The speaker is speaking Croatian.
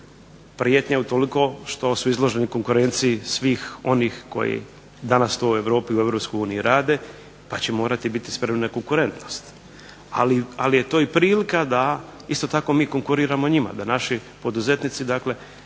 Prijetnje utoliko što su izloženi konkurenciji svih onih koji to danas u Europi, u Europskoj uniji rade pa će morati biti spremni na konkurentnost, ali je to i prilika da isto tako mi konkuriramo njima, da naši poduzetnici